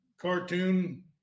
cartoon